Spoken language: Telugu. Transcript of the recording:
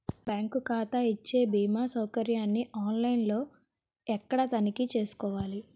నా బ్యాంకు ఖాతా ఇచ్చే భీమా సౌకర్యాన్ని ఆన్ లైన్ లో ఎక్కడ తనిఖీ చేసుకోవాలి?